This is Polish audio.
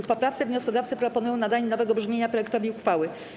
W poprawce wnioskodawcy proponują nadanie nowego brzmienia projektowi uchwały.